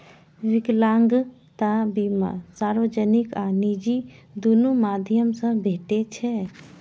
विकलांगता बीमा सार्वजनिक आ निजी, दुनू माध्यम सं भेटै छै